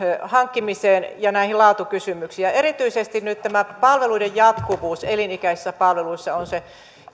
hankkimiseen ja näihin laatukysymyksiin erityisesti nyt tämä palveluiden jatkuvuus elinikäisissä palveluissa on se